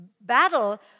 battle